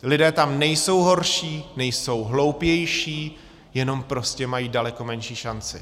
Lidé tam nejsou horší, nejsou hloupější, jenom prostě mají daleko menší šanci.